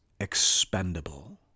expendable